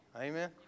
Amen